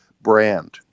brand